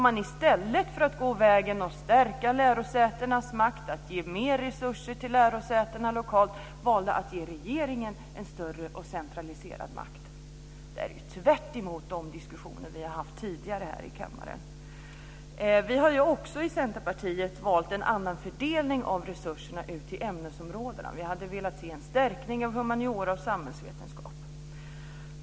I stället för att gå vägen att stärka lärosätenas makt, att ge mer resurser till lärosätena lokalt valde man att ge regeringen en större och centraliserad makt. Det är tvärtemot de diskussioner som vi har haft tidigare i kammaren. Vi har i Centerpartiet valt en annan fördelning av resurserna ut i ämnesområdena. Vi hade velat se en förstärkning av humaniora och samhällsvetenskap.